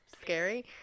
scary